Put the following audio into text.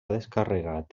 descarregat